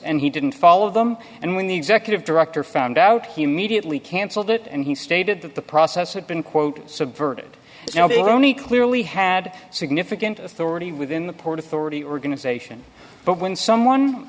and he didn't follow them and when the executive director found out he immediately canceled it and he stated that the process had been quote subverted you know the only clearly had significant authority within the port authority organization but when someone